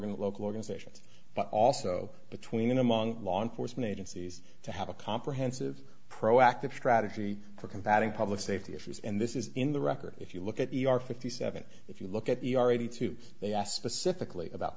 n local organizations but also between among law enforcement agencies to have a comprehensive proactive strategy for combating public safety issues and this is in the record if you look at the r fifty seven if you look at the already two they asked specifically about